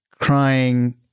crying